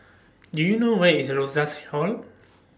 Do YOU know Where IS Rosas Hall